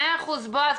מאה אחוז, בועז.